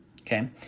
Okay